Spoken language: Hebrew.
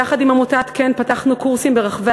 יחד עם עמותת כ"ן פתחנו קורסים ברחבי